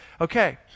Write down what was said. okay